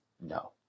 No